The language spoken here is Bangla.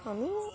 আমি